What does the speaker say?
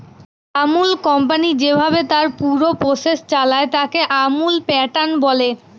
Amul company যেভাবে তার পুরো প্রসেস চালায়, তাকে আমুল প্যাটার্ন বলে